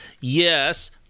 yes